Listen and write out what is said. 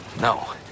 No